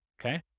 Okay